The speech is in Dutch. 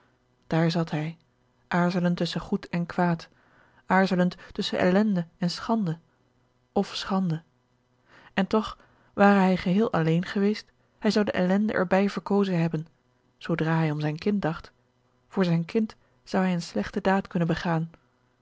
daar zat hij aarzelend tusschen goed en kwaad aarzelend tusschen ellende en schande f schande en toch ware hij geheel alleen geweest hij zou de ellende er bij verkozen hebben zoodra hij om zijn kind dacht voor zijn kind zou hij eene slechte daad kunnen begaan